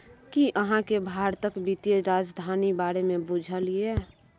कि अहाँ केँ भारतक बित्तीय राजधानी बारे मे बुझल यै?